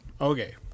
okay